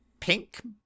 Pink